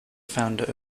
founder